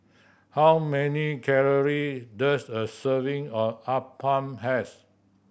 how many calorie does a serving of appam has